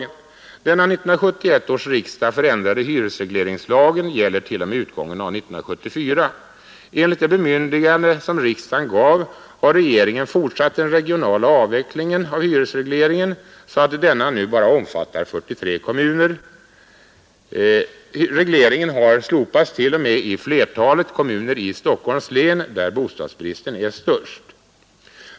Den av 1971 års riksdag förändrade hyresregleringslagen gäller t.o.m. utgången av 1974. Enligt det bemyndigande som riksdagen gav har regeringen fortsatt den regionala avvecklingen av hyresregleringen så att denna nu bara omfattar 43 kommuner. Regleringen har slopats t.o.m. i flertalet kommuner i Stockholms län, där bostadsbristen är störst.